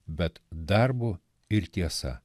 bet darbu ir tiesa